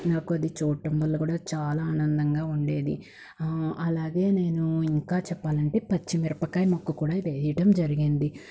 నాకు అది చూడటం వల్ల కూడా చాలా ఆనందంగా ఉండేది అలాగే నేను ఇంకా చెప్పాలంటే పచ్చిమిరపకాయ మొక్క కూడా వేయటం జరిగింది